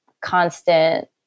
constant